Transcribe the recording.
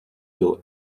will